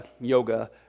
yoga